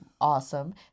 awesome